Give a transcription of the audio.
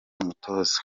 umutoza